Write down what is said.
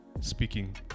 speaking